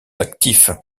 actifs